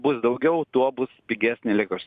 bus daugiau tuo bus pigesnė elektros